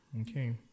Okay